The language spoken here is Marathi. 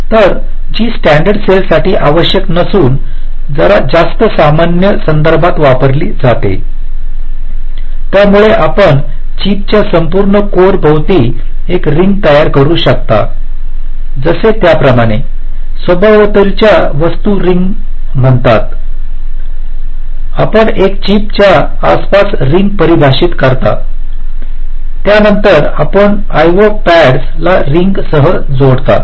तर जी स्टॅण्डर्ड सेलसाठी आवश्यक नसून जरा जास्त सामान्य संदर्भात वापरली जाते ज्यामुळे आपण चिपच्या संपूर्ण कोर भोवती एक रिंग तयार करू शकता जसे त्याप्रमाणे सभोवतालच्या वस्तूला रिंग म्हणतात आपण एका चिपच्या आसपास रिंग परिभाषित करता त्यानंतर आपण आयओ पॅडसला रिंगसह जोडता